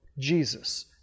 Jesus